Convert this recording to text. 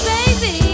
Baby